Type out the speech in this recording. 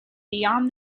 beyond